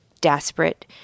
desperate